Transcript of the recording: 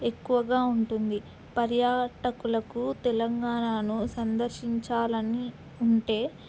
ఎక్కువగా ఉంటుంది పర్యాటకులకు తెలంగాణను సందర్శించాలని ఉంటే